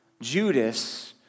Judas